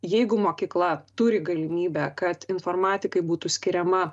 jeigu mokykla turi galimybę kad informatikai būtų skiriama